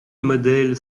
modèles